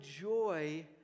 joy